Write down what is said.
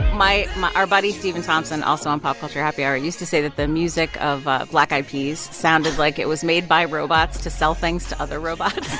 my my our buddy stephen thompson, also on pop culture happy hour, used to say that the music of black eyed peas sounded like it was made by robots to sell things to other robots